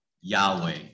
yahweh